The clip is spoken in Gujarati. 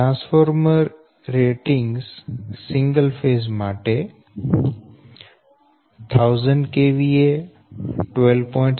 transformer ratings 1 ɸ 1000 KVA 12